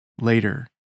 later